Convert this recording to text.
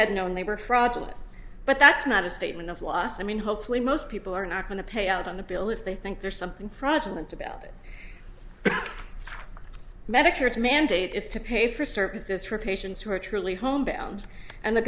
had known they were fraudulent but that's not a statement of loss i mean hopefully most people are not going to pay out on the bill if they think there's something fraudulent about it medicare's mandate is to pay for services for patients who are truly homebound and the